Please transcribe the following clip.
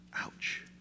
Ouch